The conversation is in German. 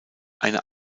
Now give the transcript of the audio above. eine